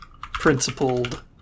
Principled